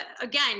Again